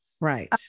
right